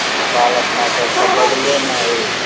नेपाल अपना सबके बगलेमे अछि